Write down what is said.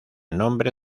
nombre